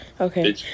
Okay